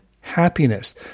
happiness